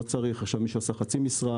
לא צריך את מי שעובד כחצי משרה,